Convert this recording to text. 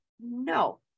No